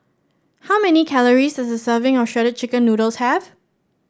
how many calories does a serving of Shredded Chicken Noodles have